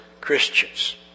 Christians